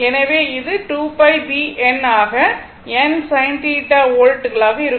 எனவே இது 2 π B N ஆக n sin θ வோல்ட்டுகளாக இருக்கும்